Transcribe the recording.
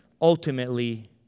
ultimately